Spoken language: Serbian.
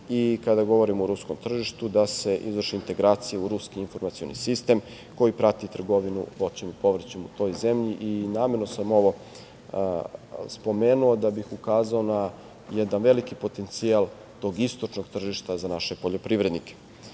i kada govorim o ruskom tržištu, da se izvrši integracija u ruski informacioni sistem koji prati trgovinu voćem i povrćem u toj zemlji i namerno sam ovo spomenuo da bih ukazao na jedan veliki potencijal tog istočnog tržišta za naše poljoprivrednike. Naravno,